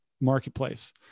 marketplace